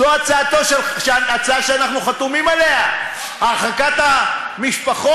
זו ההצעה שאנחנו חתומים עליה, הרחקת המשפחות.